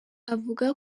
avuga